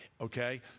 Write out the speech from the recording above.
okay